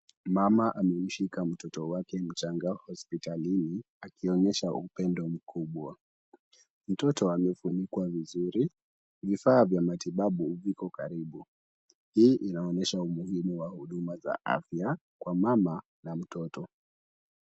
Mama amemshika mtoto wake mchanga hospitalini akionyesha upendo mkubwa. Mtoto amefunikwa vizuri. Vifaa vya matibabu viko karibu. Hii inaonyesha umuhimu wa huduma za afya kwa mama na mtoto.